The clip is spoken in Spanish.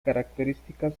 características